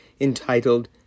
entitled